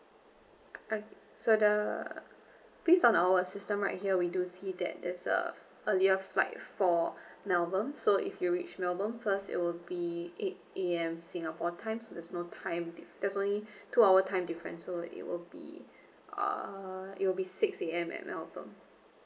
uh so the based on our system right here we do see that there's uh earlier flight for melbourne so if you reach melbourne first it will be eight A_M singapore times there's no time di~ there's only two hour time difference so it will be err it will be six A_M at melbourne